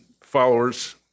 followers